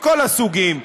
מכל הסוגים,